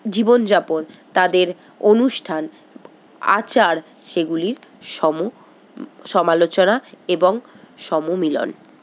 জীবনযাপন তাদের অনুষ্ঠান আচার সেগুলির সম সমালোচনা এবং সমমিলন